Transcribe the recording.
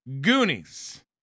Goonies